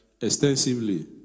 extensively